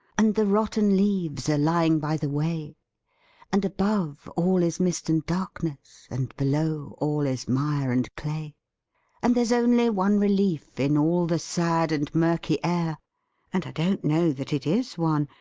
and the rotten leaves are lying by the way and above, all is mist and darkness, and below, all is mire and clay and there's only one relief in all the sad and murky air and i don't know that it is one,